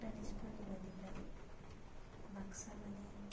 भुटानिसफोरनि बायदिब्ला बाक्सा माने